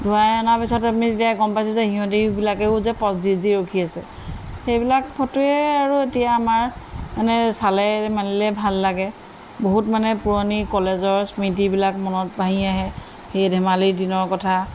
ধুৱাই অনাৰ পিছত আমি যেতিয়া গম পাইছোঁ যে সিহঁতিবিলাকেও যে পজ দি দি ৰখি আছে সেইবিলাক ফটোৱে আৰু এতিয়া আমাৰ মানে চালে মালিলে ভাল লাগে বহুত মানে পুৰণি কলেজৰ স্মৃতিবিলাক মনত বাঢ়ি আহে সেই ধেমালিৰ দিনৰ কথা